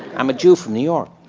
i'm a jew from new york.